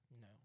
no